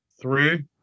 Three